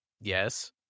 yes